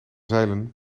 zeilen